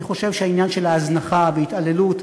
אני חושב שהעניין של ההזנחה וההתעללות,